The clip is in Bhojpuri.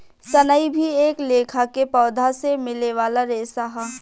सनई भी एक लेखा के पौधा से मिले वाला रेशा ह